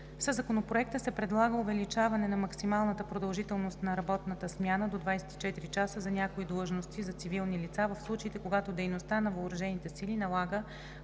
Със Законопроекта се предлага увеличаване на максималната продължителност на работната смяна до 24 часа за някои длъжности за цивилни лица в случаите, когато дейността на въоръжените сили налага